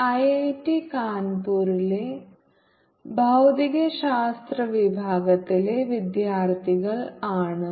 IIT കാൺപൂരിലെ ഭൌതികശാസ്ത്ര വിഭാഗത്തിലെ വിദ്യാർത്ഥികൾ ആണ്